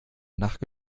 nacht